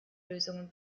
lösungen